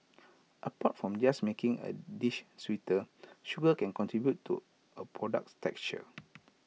apart from just making A dish sweeter sugar can contribute to A product's texture